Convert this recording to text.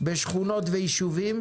בשכונות וביישובים,